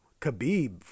khabib